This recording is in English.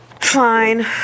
Fine